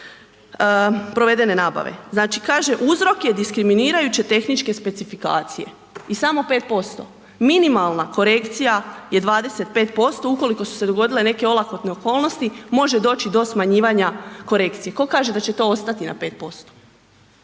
Znači kaže, uzrok je diskriminirajuće tehničke specifikacije i samo 5%, minimalna korekcija je 25% ukoliko su se dogodile neke olakotne okolnosti može doći do smanjivanja korekcije. Tko kaže da će to ostati na 5%